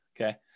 Okay